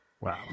Wow